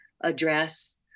address